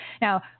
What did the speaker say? Now